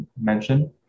mention